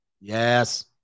yes